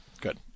Good